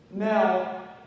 Now